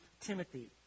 Timothy